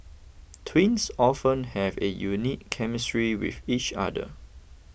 twins often have a unique chemistry with each other